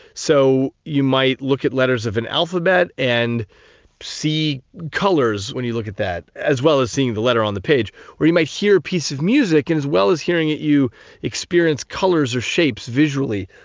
so you might look at letters of an alphabet and see colours when you look at that as well as seeing the letter on the page or you might hear a piece of music and as well as hearing it, you experience colours or shapes, visually.